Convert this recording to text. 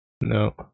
No